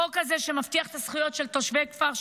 החוק הזה, שמבטיח את הזכויות של תושבי כפר שלם,